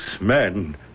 man